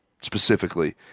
specifically